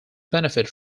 benefit